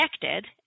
connected